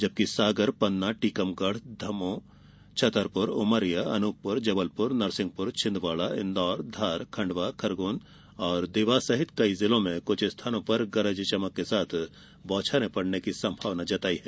जबकि सागर पन्ना टीकमगढ़ दमोह छतरपुर उमरिया अनुपपुर जबलपुर नरसिंहपुर छिन्दवाड़ा इन्दौर धार खंडवा खरगोन देवास सहित कई जिलों में कुछ स्थानों पर गरज चमक के साथ बौछारे पड़ने की संभावना जताई गई है